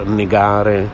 negare